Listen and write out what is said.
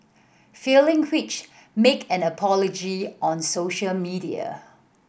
failing which make an apology on social media